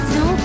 no